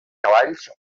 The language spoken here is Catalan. cavalls